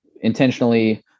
intentionally